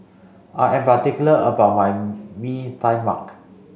I am particular about my Mee Tai Mak